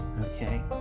Okay